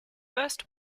first